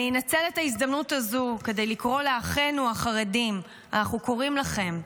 אני אנצל את ההזדמנות הזאת כדי לקרוא לאחינו החרדים: אנחנו קוראים לכם,